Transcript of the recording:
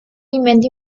invento